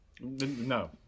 No